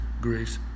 grace